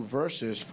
verses